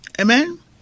Amen